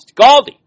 Galdi